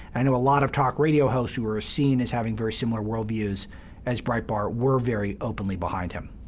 i know a lot of talk radio hosts who were seen as having very similar worldviews as breitbart were very openly behind him.